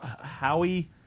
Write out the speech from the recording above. Howie